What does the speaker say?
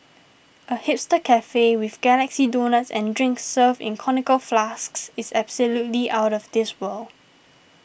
a hipster cafe with galaxy donuts and drinks served in conical flasks it's absolutely outta this world